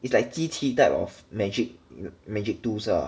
it's like 机器 type of magic magic tools ah